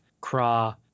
craw